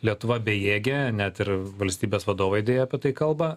lietuva bejėgė net ir valstybės vadovai deja apie tai kalba